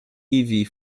heavy